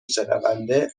شنونده